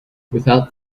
without